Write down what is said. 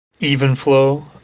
Evenflow